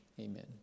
amen